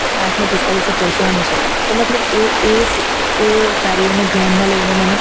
આઠને પિસ્તાલીસે પહોંચવાનું છે તો મતલબ એ એસ એ કાર્યને ધ્યાનમાં લઈને મને